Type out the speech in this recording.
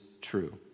true